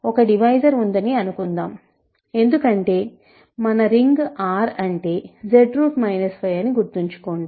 ఒక డివైజర్ ఉందని అనుకుందాం ఎందుకంటే మన రింగ్ R అంటే Z 5 అని గుర్తుంచుకోండి